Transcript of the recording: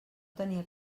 tenia